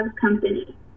company